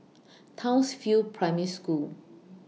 Townsville Primary School